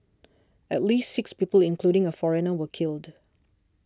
at least six people including a foreigner were killed